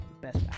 Best